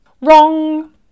Wrong